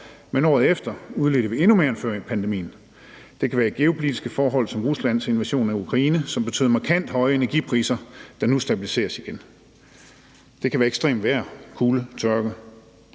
men året efter udledte vi endnu mere end før pandemien. Det kan være geopolitiske forhold som Ruslands invasion af Ukraine, som betød markant høje energipriser, der nu stabiliseres igen. Det kan være ekstremt vejr, kulde, tørke.